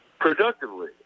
productively